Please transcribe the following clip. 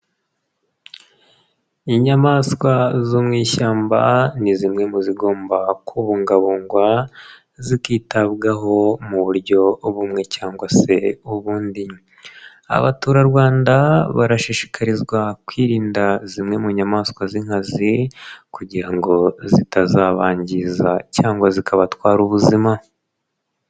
Inyamaswa zo mu ishyamba ni zimwe mu zigomba kubungabungwa zikitabwaho mu buryo bumwe cyangwa se ubundi, abaturarwanda barashishikarizwa kwirinda zimwe mu nyamaswa z'inkazi kugira ngo zitazabangiza cyangwa zikabatwara ubuzima.